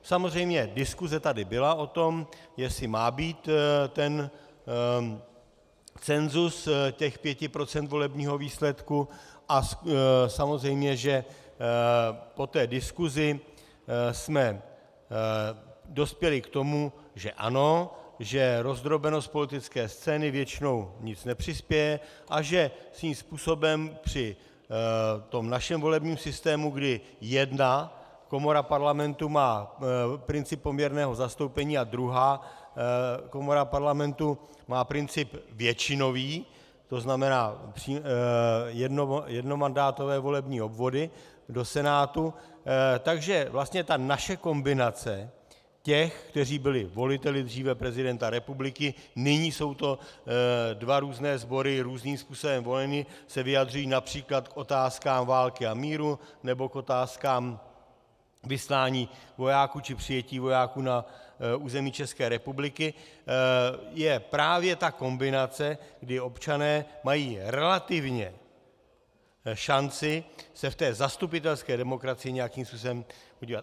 Samozřejmě diskuse tady byla o tom, jestli má být ten census těch pěti procent volebního výsledku, a samozřejmě že po té diskusi jsme dospěli k tomu, že ano, že rozdrobenost politické scény většinou nic nepřispěje a že svým způsobem při našem volebním systému, kdy jedna komora Parlamentu má princip poměrného zastoupení a druhá komora Parlamentu má princip většinový, to znamená jednomandátové volební obvody do Senátu, takže vlastně naše kombinace těch, kteří byli voliteli dříve prezidenta republiky, nyní jsou to dva různé sbory, různým způsobem voleni, se vyjadřují například k otázkám války a míru nebo k otázkám vyslání vojáků či přijetí vojáků na území České republiky, je právě ta kombinace, kdy občané mají relativně šanci se v zastupitelské demokracii nějakým způsobem podílet.